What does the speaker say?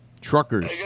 Truckers